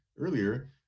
earlier